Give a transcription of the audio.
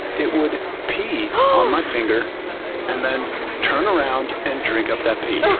it would pee on my finger and then turnaround and drink up that pee. yeah